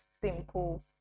simple